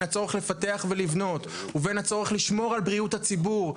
הצורך לפתח ולבנות ובין הצורך לשמור על בריאות הציבור,